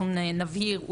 אנחנו נבהיר,